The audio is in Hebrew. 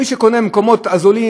מי שקונה במקומות הזולים,